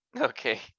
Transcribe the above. Okay